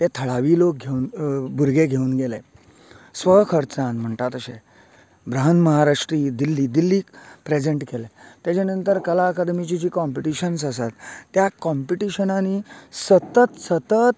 ते थळावी लोक भुरगे घेवन गेले स्वखर्चान म्हणटा तशे ब्रांह्न महाराष्ट्री दिल्ली तशे दिल्ली प्रेसेंट केल्ले तेजे नंतर कला अकादमीची जी कोंपीटीशनस आसात त्या कोंपीटीशनान सतत सतत